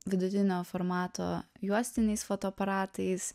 vidutinio formato juostiniais fotoaparatais